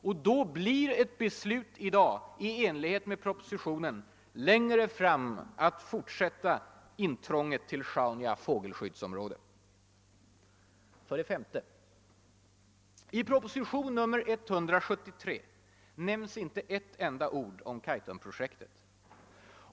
Och då blir ett beslut i dag i enlighet med propositionen längre fram ett skäl att fortsätta intrånget till Sjaunja fågelskyddsområde. 5. I propositionen nr 173 nämns inte ett enda ord om Kaitumprojektet.